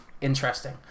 interesting